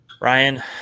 Ryan